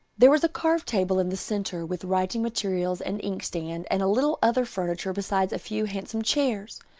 there was a carved table in the centre with writing materials and ink-stand, and little other furniture besides a few handsome chairs.